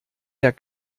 der